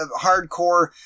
hardcore